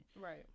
Right